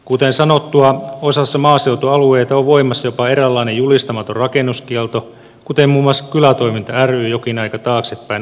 kuten sanottua osassa maaseutualueita on voimassa jopa eräänlainen julistamaton rakennuskielto kuten muun muassa kylätoiminta ry jokin aika taaksepäin antamassaan tiedotteessaan toteaa